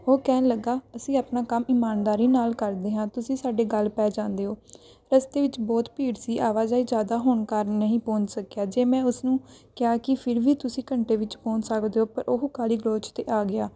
ਉਹ ਕਹਿਣ ਲੱਗਿਆ ਅਸੀਂ ਆਪਣਾ ਕੰਮ ਇਮਾਨਦਾਰੀ ਨਾਲ ਕਰਦੇ ਹਾਂ ਤੁਸੀਂ ਸਾਡੇ ਗਲ ਪੈ ਜਾਂਦੇ ਹੋ ਰਸਤੇ ਵਿੱਚ ਬਹੁਤ ਭੀੜ ਸੀ ਆਵਾਜਾਈ ਜ਼ਿਆਦਾ ਹੋਣ ਕਾਰਣ ਨਹੀਂ ਪਹੁੰਚ ਸਕਿਆ ਜੇ ਮੈਂ ਉਸਨੂੰ ਕਿਹਾ ਕਿ ਫਿਰ ਵੀ ਤੁਸੀਂ ਘੰਟੇ ਵਿੱਚ ਪਹੁੰਚ ਸਕਦੇ ਹੋ ਪਰ ਉਹ ਗਾਲੀ ਗਲੋਚ 'ਤੇ ਆ ਗਿਆ